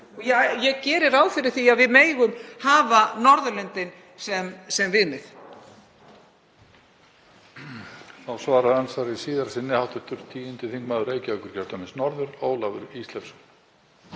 Ég geri ráð fyrir því að við megum hafa Norðurlöndin sem viðmið.